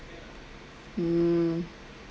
hmm